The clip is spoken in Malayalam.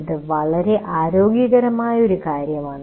ഇത് വളരെ ആരോഗ്യകരമായ ഒരു കാര്യമാണ്